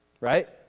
right